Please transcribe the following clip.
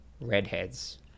redheads